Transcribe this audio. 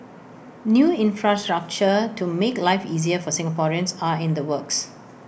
new infrastructure to make life easier for Singaporeans are in the works